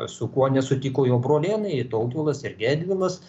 su kuo nesutiko jo brolėnai tautvilas ir gedvilas